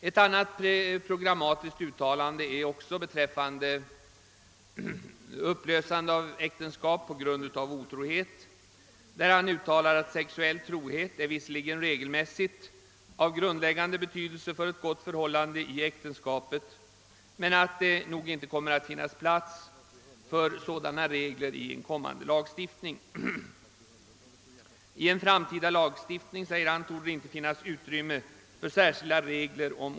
Ett annat programmatiskt uttalande gäller upplösning av äktenskap på grund av otrohet varvid han uttalar att sexuell trohet visserligen regelmässigt är av grundläggande betydelse för ett gott förhållande i äktenskapet men alt det nog inte kommer att finnas plats för sådana regler i en kommande lagstiftning.